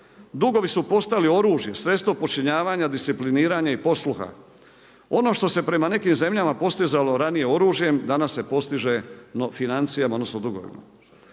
Dugovi su postali oružje, sredstvo podčinjavanja, discipliniranja i posluha. Ono što se prema nekim zemljama postizalo ranije oružjem danas se postiže financijama odnosno dugovima.